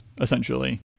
essentially